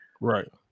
Right